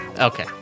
Okay